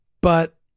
But-